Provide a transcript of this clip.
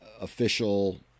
official